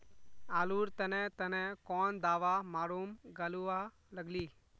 आलूर तने तने कौन दावा मारूम गालुवा लगली?